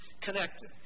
connected